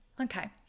okay